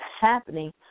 happening